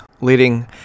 leading